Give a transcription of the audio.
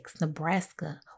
Nebraska